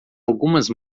algumas